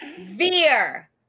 Veer